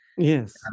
Yes